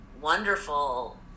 wonderful